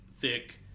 thick